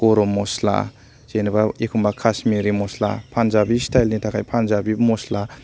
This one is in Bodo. गरम मस्ला जेनेबा एखनबा कास्मिरि मस्ला पान्जाबि स्टाइलनि थाखाय पान्जाबि मस्ला